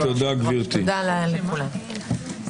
תודה לכולם.